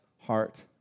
heart